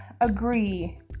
agree